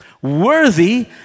Worthy